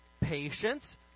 patience